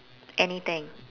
anything